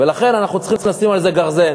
ולכן אנחנו צריכים לשים על זה גרזן.